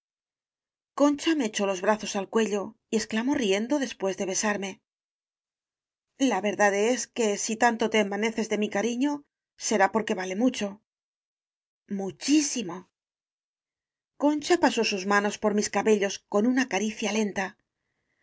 me echó los brazos al cuello y exclamó riendo después de besarme la verdad es que si tanto te envaneces de mi cariño será porque vale mucho muchísimo concha pasó sus manos por mis cabellos con una caricia lenta